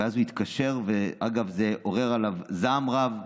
ואז הוא התקשר, ואגב, זה עורר עליו זעם רב,